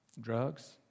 Drugs